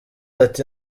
ati